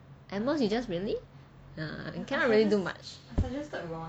at most you just really cannot really do much